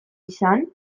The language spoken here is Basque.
izan